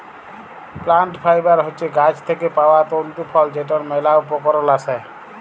plant fibre হছে গাহাচ থ্যাইকে পাউয়া তল্তু ফল যেটর ম্যালা উপকরল আসে